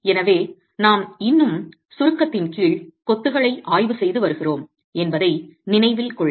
எனவே நாம் இன்னும் சுருக்கத்தின் கீழ் கொத்துகளை ஆய்வு செய்து வருகிறோம் என்பதை நினைவில் கொள்க